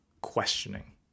questioning